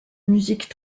musique